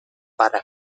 para